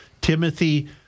Timothy